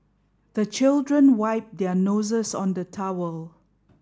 the children wipe their noses on the towel